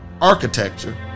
architecture